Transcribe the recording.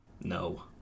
No